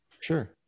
Sure